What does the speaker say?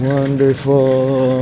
Wonderful